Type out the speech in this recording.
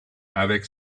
avec